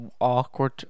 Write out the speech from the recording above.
awkward